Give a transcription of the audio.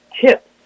tips